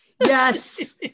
Yes